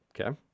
Okay